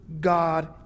God